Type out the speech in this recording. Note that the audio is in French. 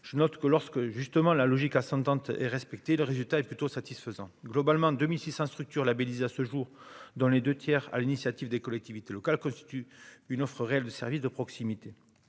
je note que lorsque justement la logique à s'entendre et respecter le résultat est plutôt satisfaisant globalement 2600 structure labellisé à ce jour dans les 2 tiers à l'initiative des collectivités locales constitue une offre réel de services de proximité,